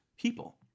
people